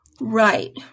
Right